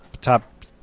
top